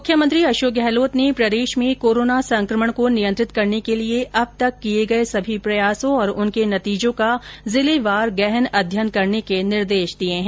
मुख्यमंत्री अशोक गहलोत ने प्रदेश में कोरोना संक्रमण को नियंत्रित करने के लिए अब तक किए गए सभी प्रयासों और उनके नतीजों का जिलेवार गहन अध्ययन करने के निर्देश दिए हैं